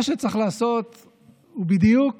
מה שצריך לעשות הוא בדיוק